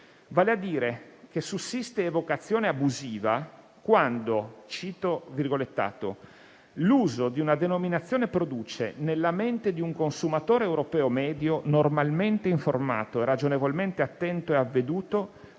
vale a dire che sussiste evocazione abusiva quando «l'uso di una denominazione produce nella mente di un consumatore europeo medio, normalmente informato e ragionevolmente attento e avveduto,